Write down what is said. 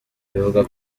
bivugwa